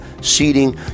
seating